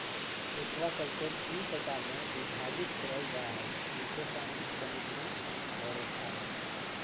aquaculture तीन प्रकार में विभाजित करल जा हइ मीठे पानी, समुद्री औरो खारे